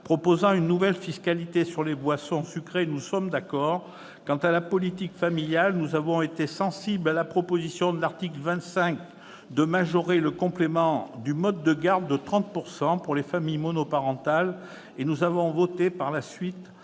avec la nouvelle fiscalité sur les boissons sucrées. Quant à la politique familiale, nous avons été sensibles à la proposition faite à l'article 25 de majorer le complément du mode de garde de 30 % pour les familles monoparentales et nous avons voté, par la suite,